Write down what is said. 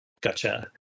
Gotcha